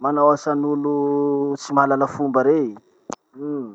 manao asan'olo tsy mahalala fomba rey. Uhm.